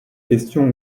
questions